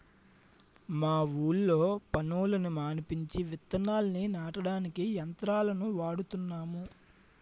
మా ఊళ్ళో పనోళ్ళని మానిపించి విత్తనాల్ని నాటడానికి యంత్రాలను వాడుతున్నాము